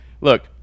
Look